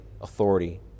authority